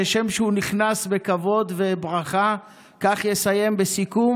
כשם שהוא נכנס בכבוד וברכה, כך יסיים בסיכום